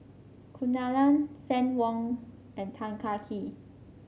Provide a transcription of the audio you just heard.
Kunalan Fann Wong and Tan Kah Kee